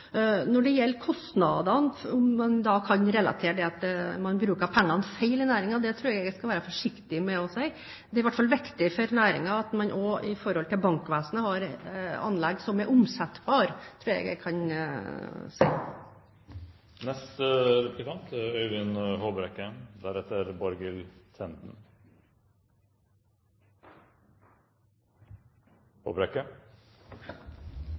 Når det gjelder kostnadene og om man da kan relatere det til at man bruker pengene feil i næringen, tror jeg jeg skal være forsiktig med å si. Det er i hvert fall viktig for næringen at man også i forhold til bankvesenet har anlegg som er omsettbare. Det tror jeg at jeg kan